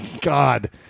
God